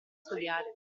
studiare